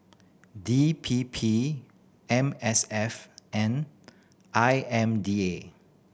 D P P M S F and I M D A